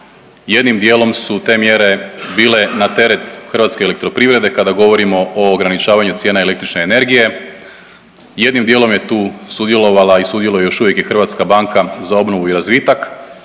jednim dijelom su te mjere bile na teret HEP-a kada govorimo o ograničavanju cijena električne energije, jednim dijelom je tu sudjelovala i sudjeluje još uvijek i HBOR, dakle donesen je jedan